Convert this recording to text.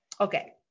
Okay